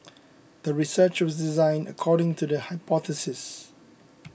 the research was designed according to the hypothesis